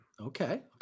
Okay